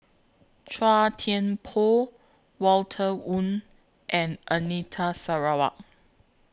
Chua Thian Poh Walter Woon and Anita Sarawak